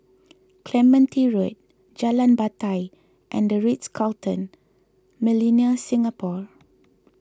Clementi Road Jalan Batai and the Ritz Carlton Millenia Singapore